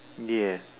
ya